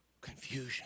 confusion